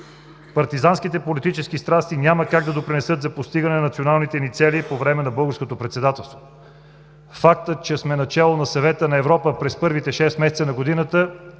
Партизанските политически страсти няма как да допринесат за постигане на националните ни цели по време на Българското председателство. Фактът, че сме начело на Съвета на Европа през първите шест месеца на годината